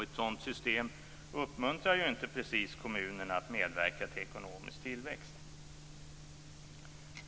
Ett sådant system uppmuntrar inte precis kommunerna att medverka till ekonomisk tillväxt.